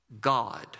God